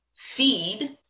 feed